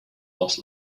lost